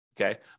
Okay